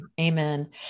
amen